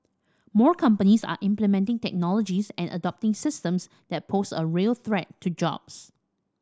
more companies are implementing technologies and adopting systems that pose a real threat to jobs